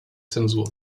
zensur